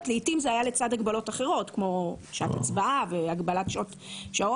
ולעיתים זה היה לצד הגבלות אחרות כמו שעת הצבעה והגבלת שעות.